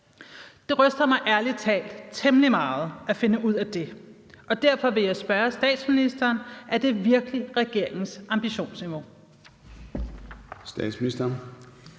Det ryster mig ærlig talt temmelig meget at finde ud af det, og derfor vil jeg spørge statsministeren, om det virkelig er regeringens ambitionsniveau. Kl.